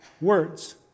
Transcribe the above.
words